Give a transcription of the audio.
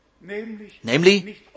namely